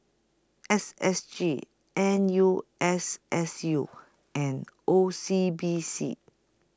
S S G N U S S U and O C B C